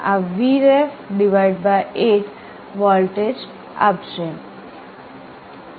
આ Vref 8 voltage આપશે